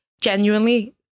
genuinely